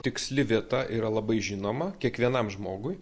tiksli vieta yra labai žinoma kiekvienam žmogui